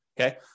Okay